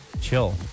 Chill